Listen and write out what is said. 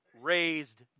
raised